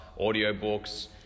audiobooks